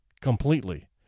completely